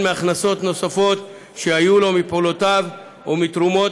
מהכנסות נוספות שיהיו לו מפעולותיו ומתרומות,